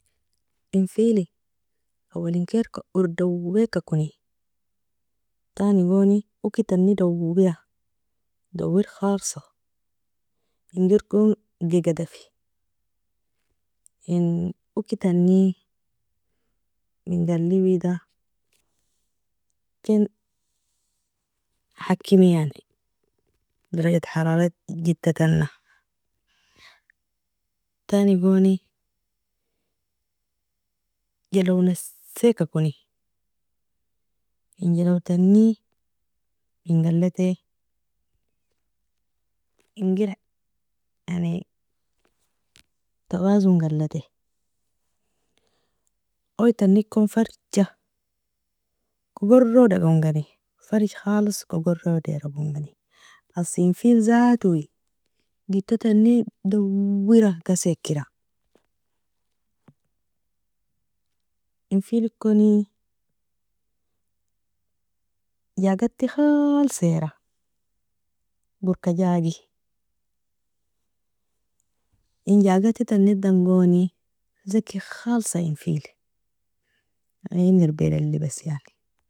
Enfili awalinkilka oor dowka koni, tanigoni ukitanni dawira dawir khalsa, Ingergon gigadafi inukitanni mingali wida? Kin hakimi yani drigat haralat jittatana, tani goni jalo nasika koni, in jalotani mingalati? Inger yani tawazongalati oi tanikon farja kogorodagon geni farj khalis kogoredagon, asi enfili zatoi jita tani dawira gasikera, enfilikoni jagati khalsera gorkajagi enjagati tanidan goni zekie khalsa enfili inirbrali bas yani.